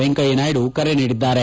ವೆಂಕಯ್ಲನಾಯ್ತು ಕರೆ ನೀಡಿದ್ದಾರೆ